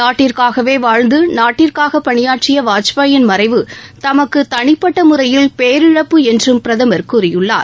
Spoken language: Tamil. நாட்டிற்காகவே வாழ்ந்து நாட்டிற்காக பணியாற்றிய வாஜ்பாயின் மறைவு தமக்கு தனிப்பட்ட முறையில் பேரிழப்பு என்றும் பிரதமர் கூறியுள்ளார்